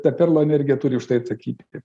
ta perlo energija turi už tai atsakyti